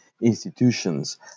institutions